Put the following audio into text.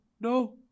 No